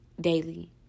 daily